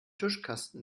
tuschkasten